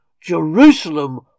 Jerusalem